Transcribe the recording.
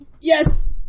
Yes